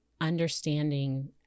understanding